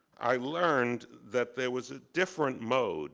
i learned that there was a different mode